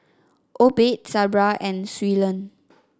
Obed Sabra and Suellen